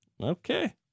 Okay